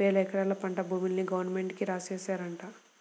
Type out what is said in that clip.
వేలెకరాల పంట భూముల్ని గవర్నమెంట్ కి రాశారంట